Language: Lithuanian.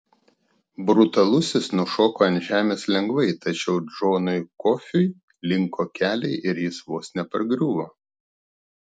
brutalusis nušoko ant žemės lengvai tačiau džonui kofiui linko keliai ir jis vos nepargriuvo